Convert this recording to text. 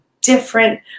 different